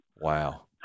Wow